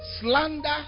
slander